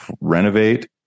renovate